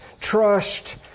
trust